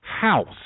house